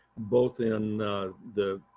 both in the